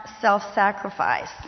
self-sacrifice